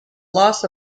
loss